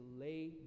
lay